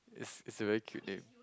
is is a very cute name